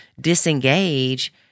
disengage